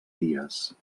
dies